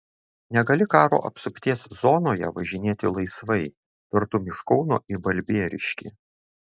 negali karo apsupties zonoje važinėti laisvai tartum iš kauno į balbieriškį